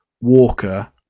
Walker